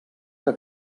que